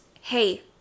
hey